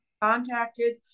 contacted